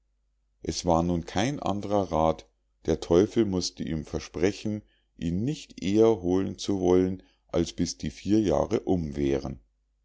es war nun kein andrer rath der teufel mußte ihm versprechen ihn nicht eher holen zu wollen als bis die vier jahre um wären